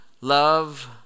love